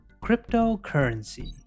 Cryptocurrency